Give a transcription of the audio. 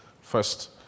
first